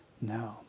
No